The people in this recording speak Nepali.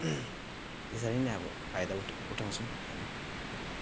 त्यसरी नै अब फाइदा उठाउँ उठाउँछौँ हामी